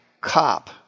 cop